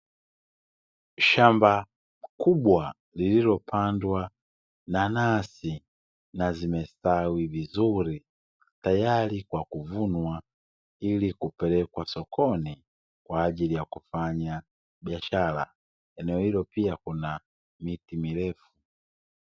Shamba kubwa lilipandwa nanasi na zimestawi vizuri tayari kwa kuvunwa ili kupelekwa sokoni kwa ajili ya kufanya biashara. Eneo hilo pia kuna miti mirefu.